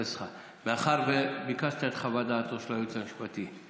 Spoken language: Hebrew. מאחר שביקשת את חוות דעתו של היועץ המשפטי,